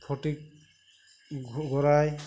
Phatik ঘোড়াই